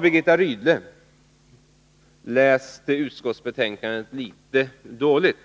Birgitta Rydle har läst utskottsbetänkandet litet dåligt.